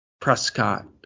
Prescott